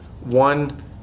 One